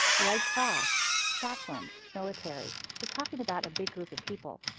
red cross, chaplins, military. we're talking about a big group of people.